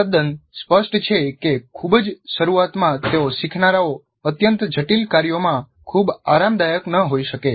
તે તદ્દન સ્પષ્ટ છે કે ખૂબ જ શરૂઆતમાં તેઓ શીખનારાઓ અત્યંત જટિલ કાર્યોમાં ખૂબ આરામદાયક ન હોઈ શકે